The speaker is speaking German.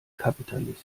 kapitalist